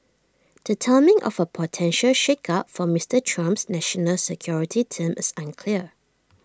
the timing of A potential shakeup for Mister Trump's national security team is unclear